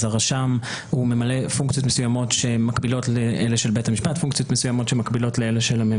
הרשם ממלא פונקציות מסוימות שמקבילות לאלה של בית המשפט,